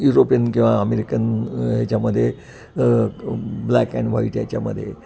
European किंवा American याच्यामदे black and white याच्यामध्ये